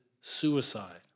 suicide